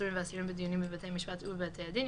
עצורים ואסירים בדיונים בבתי משפט ובבתי הדין),